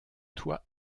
toit